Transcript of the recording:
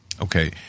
Okay